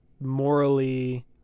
morally